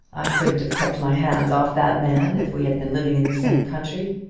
i couldn't have kept my hands off that man if we had been living in the same country.